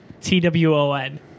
T-W-O-N